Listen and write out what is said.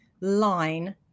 line